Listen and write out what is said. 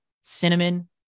cinnamon